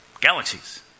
Galaxies